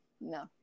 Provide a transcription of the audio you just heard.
no